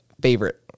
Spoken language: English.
favorite